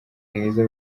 mwiza